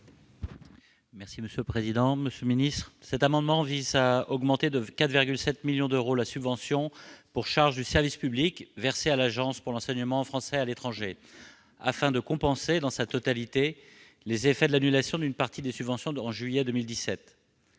: La parole est à M. Damien Regnard. Cet amendement vise à augmenter de 4,7 millions d'euros la subvention pour charges de service public versée à l'Agence pour l'enseignement français à l'étranger afin de compenser, dans sa totalité, les effets de l'annulation d'une partie de la subvention en juillet 2017.